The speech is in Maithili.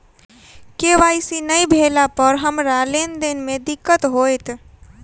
के.वाई.सी नै भेला पर हमरा लेन देन मे दिक्कत होइत?